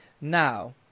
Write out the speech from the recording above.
Now